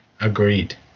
agreed